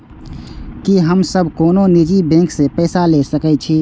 की हम सब कोनो निजी बैंक से पैसा ले सके छी?